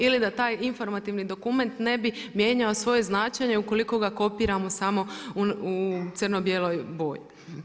Ili da taj informativni dokument ne bi mijenjao svoje značenje ukoliko ga kopiramo samo u crno bijeloj boji.